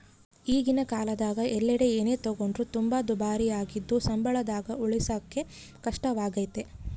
ಈಗಿನ ಕಾಲದಗ ಎಲ್ಲೆಡೆ ಏನೇ ತಗೊಂಡ್ರು ತುಂಬಾ ದುಬಾರಿಯಾಗಿದ್ದು ಸಂಬಳದಾಗ ಉಳಿಸಕೇ ಕಷ್ಟವಾಗೈತೆ